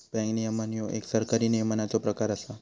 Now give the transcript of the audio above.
bank नियमन ह्यो एक सरकारी नियमनाचो प्रकार असा